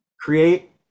create